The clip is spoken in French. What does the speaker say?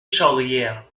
charrière